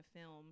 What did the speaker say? film